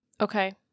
Okay